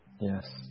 Yes